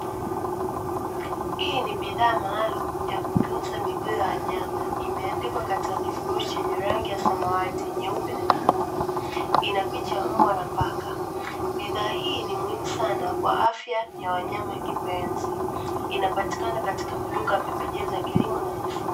Hii ni bidhaa maalumu ya kutunza miguu ya wanyama, imeandikwa katika kifurushi chenye rangi ya samawati, nyeupe na nyekundu. Ina picha ya mbwa na paka. Bidhaa hii ni muhimu sana kwa afya ya wanyama kipenzi, inapatikana katika maduka ya pembejeo za kilimo na mifugo.